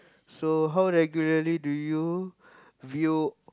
so how regularly do you view